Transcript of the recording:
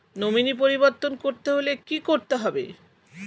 Nominee পরিবর্তন করতে হলে কী করতে হবে?